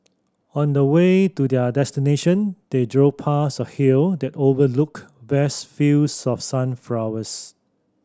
on the way to their destination they drove past a hill that overlooked vast fields of sunflowers